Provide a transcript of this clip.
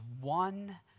one